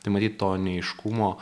tai matyt to neaiškumo